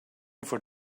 for